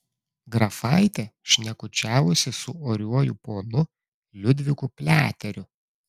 grafaitė šnekučiavosi su oriuoju ponu liudviku pliateriu